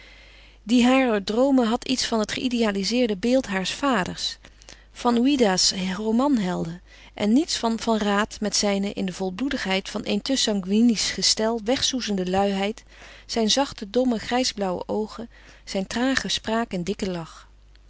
die harer droomen had iets van het geïdealizeerde beeld haars vaders van ouida's romanhelden en niets van van raat met zijne in de volbloedigheid van een te sanguinisch gestel wegsoezende luiheid zijn zachte domme grijsblauwe oogen zijn trage spraak en dikken lach